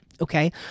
Okay